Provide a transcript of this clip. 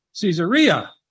Caesarea